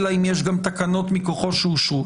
אלא אם יש גם תקנות מכוחו שאושרו,